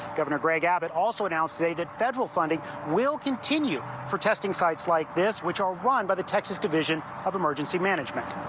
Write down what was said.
governor greg abbott also now say that federal funding will continue for testing sites like this which are run by the texas division of emergency management.